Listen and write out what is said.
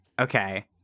Okay